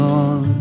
on